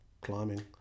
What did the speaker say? climbing